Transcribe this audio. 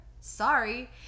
Sorry